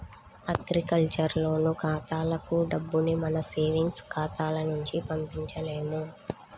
agriculture loan ఖాతాలకు డబ్బుని మన సేవింగ్స్ ఖాతాల నుంచి పంపించలేము